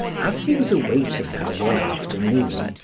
as he was awaiting her one afternoon,